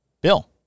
Bill